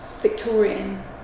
Victorian